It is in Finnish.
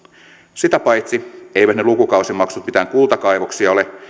sitä paitsi eivät ne lukukausimaksut mitään kultakaivoksia ole